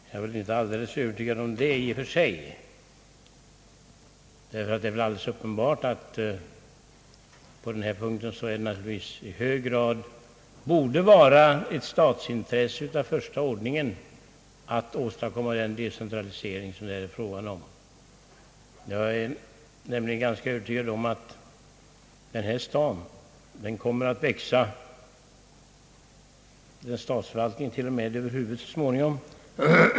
Jag är väl inte alldeles övertygad om det i och för sig, ty det är väl alldeles uppenbart att det i detta fall i hög grad borde vara ett statsintresse av första ordningen att åstadkomma den decentralisering som det är fråga om. Jag är nämligen ganska övertygad om att denna stad kommer att växa, och t.o.m. växa statsförvaltningen över huvudet så småningom.